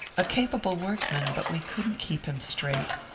a capable workman, but we couldn't keep him straight.